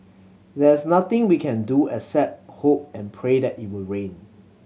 there's nothing we can do except hope and pray that it will rain